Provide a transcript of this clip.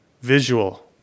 visual